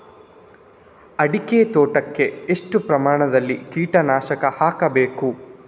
ಅಡಿಕೆ ತೋಟಕ್ಕೆ ಎಷ್ಟು ಪ್ರಮಾಣದಲ್ಲಿ ಕೀಟನಾಶಕ ಹಾಕಬೇಕು?